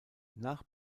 nach